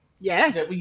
Yes